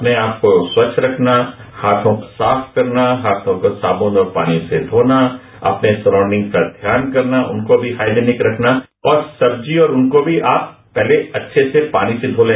अपने आप को स्वच्छ रखना हाथों को साफ करना हाथों को साबुन और पानी से धोना अपने सराजंडिग का ध्यान करना उनको भी हाइपेनिक रखना और सब्जी और उनको भी आप पहले अच्छे से पानी से धो तें